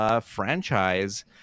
franchise